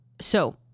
So-